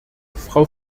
frau